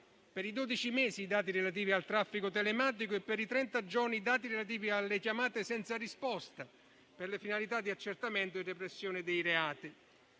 per i dodici mesi i dati relativi al traffico telematico e per i trenta giorni i dati relativi alle chiamate senza risposta per le finalità di accertamento e repressione dei reati.